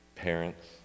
parents